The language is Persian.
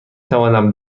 توانم